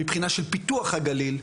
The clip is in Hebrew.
מבחינה של פיתוח הגליל,